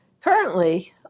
Currently